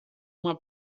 uma